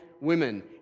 women